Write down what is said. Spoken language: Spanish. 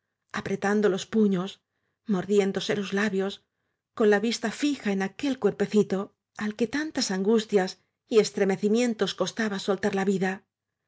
apretando los puños mordiéndose los labios con la vista fija en aquel cuerpecito al que tantas angustias y estremecimientos costaba soltar la vicia